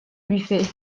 buffet